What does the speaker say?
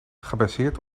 gebaseerd